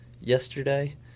yesterday